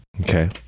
Okay